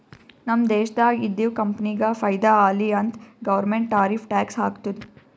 ನಮ್ ದೇಶ್ದಾಗ್ ಇದ್ದಿವ್ ಕಂಪನಿಗ ಫೈದಾ ಆಲಿ ಅಂತ್ ಗೌರ್ಮೆಂಟ್ ಟಾರಿಫ್ ಟ್ಯಾಕ್ಸ್ ಹಾಕ್ತುದ್